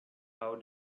how